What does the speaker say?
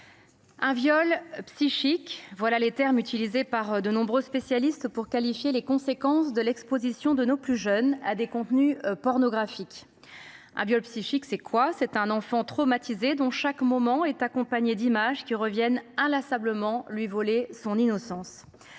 un viol psychique »: voilà les termes utilisés par de nombreux spécialistes pour qualifier les conséquences de l’exposition de nos plus jeunes à des contenus pornographiques. Qu’est ce qu’un viol psychique ? C’est un enfant traumatisé, dont chaque moment est accompagné d’images qui reviennent inlassablement lui voler son innocence.